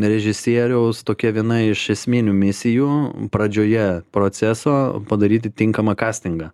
režisieriaus tokia viena iš esminių misijų pradžioje proceso padaryti tinkamą kastingą